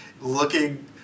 looking